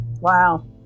Wow